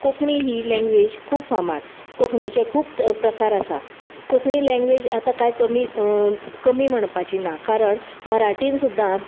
कोंकणी ही लँंग्वेज खूब फामाद कोंकणीचे खूब प्रकार आसा कोंकणी लँंग्वेज आतां कांय कमी कमी म्हणपाची ना कारण मराठीन सुद्दां